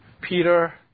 Peter